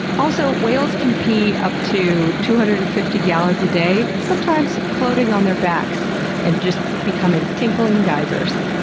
also, whales can pee up to two hundred and fifty gallons a day, sometimes floating on their backs and just becoming tinkling geysers.